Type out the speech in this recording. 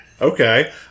Okay